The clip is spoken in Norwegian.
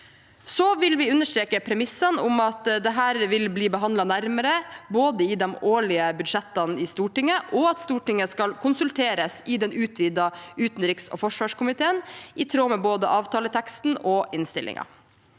Vi vil understreke premisset om at dette vil bli behandlet nærmere i de årlige budsjettene i Stortinget, og at Stortinget skal konsulteres i den utvidete utenriks- og forsvarskomiteen, i tråd med både avtaleteksten og innstillingen.